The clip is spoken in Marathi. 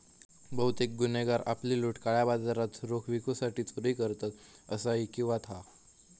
बहुतेक गुन्हेगार आपली लूट काळ्या बाजारात रोख विकूसाठी चोरी करतत, असा ऐकिवात हा